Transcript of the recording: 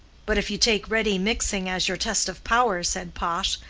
but if you take ready mixing as your test of power, said pash,